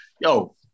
yo